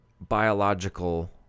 biological